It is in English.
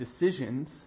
decisions